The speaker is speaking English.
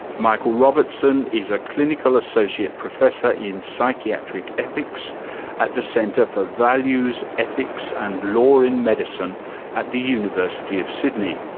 michael robertson is a clinical associate professor in psychiatric ethics at the centre for values, ethics and law in medicine at the university of sydney.